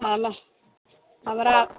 हमरा हमरा